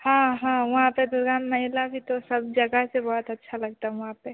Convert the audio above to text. हाँ हाँ वहाँ पर दुर्गा मेला भी तो सब जगह से बहुत अच्छा लगता है वहाँ पर